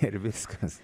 ir viskas